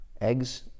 eggs